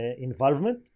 involvement